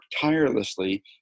tirelessly